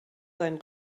seien